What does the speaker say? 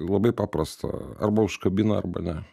labai paprasta arba užkabina arba ne